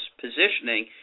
positioning